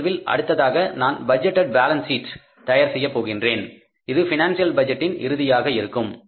இந்த நிகழ்வில் அடுத்ததாக நான் பட்ஜெட்டேட் பேலன்ஸ் சீட் தயார் செய்ய போகின்றேன் அது பினான்சியல் பட்ஜெட்டின் இறுதியாக இருக்கும்